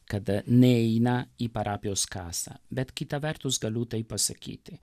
kada neina į parapijos kasą bet kita vertus galiu taip pasakyti